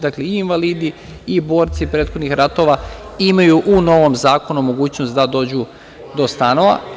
Dakle, i invalidi i borci prethodnih ratova imaju u novom zakonu mogućnost da dođu do stanova.